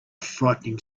frightening